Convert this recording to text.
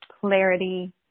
clarity